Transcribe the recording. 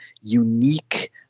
unique